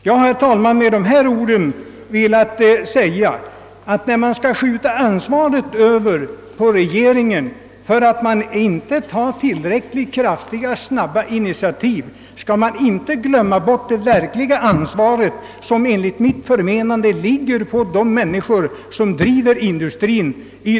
Jag har med det anförda, herr talman, velat framhålla att man, när regeringen kritiseras för att den inte tar tillräckligt kraftiga och snabba initiativ, inte skall glömma bort att det verkliga ansvaret för den uppkomna situationen ligger hos dem som driver industrien.